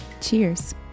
cheers